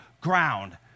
ground